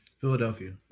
Philadelphia